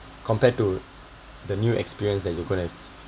compared to the new experience that you going to